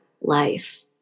life